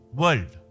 world